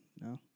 No